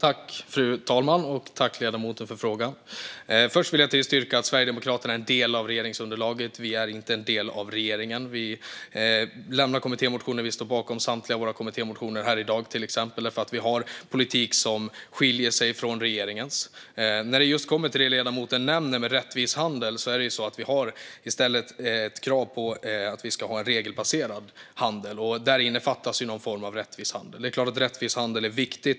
Fru talman! Jag tackar ledamoten för frågan. Jag vill först påpeka att Sverigedemokraterna är en del av regeringsunderlaget. Vi är inte en del av regeringen. Vi lämnar in kommittémotioner, och vi står bakom samtliga av dem, även här i dag. Vi har politik som skiljer sig från regeringens. Vad gäller det som ledamoten nämner om rättvis handel har vi ett krav om regelbaserad handel, och i det innefattas någon form av rättvis handel. Rättvis handel är självklart viktigt.